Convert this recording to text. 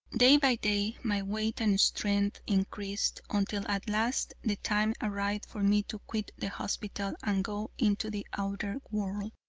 day by day my weight and strength increased, until at last the time arrived for me to quit the hospital and go into the outer world.